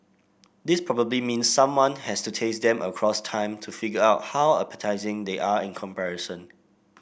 this probably means someone has to taste them across time to figure out how appetising they are in comparison